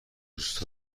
دوست